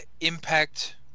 Impact